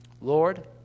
Lord